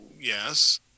Yes